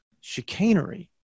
chicanery